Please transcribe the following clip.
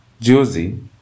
Josie